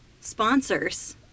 sponsors